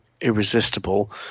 irresistible